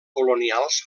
colonials